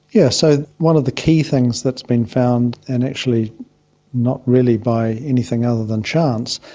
yes, so one of the key things that's been found, and actually not really by anything other than chance,